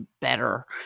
better